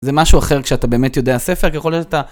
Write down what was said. זה משהו אחר כשאתה באמת יודע ספר, כי יכול להיות אתה...